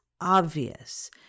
obvious